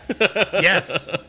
Yes